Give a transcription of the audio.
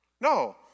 No